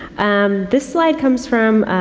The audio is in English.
um, this slide comes from,